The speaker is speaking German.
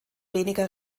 weniger